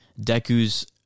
Deku's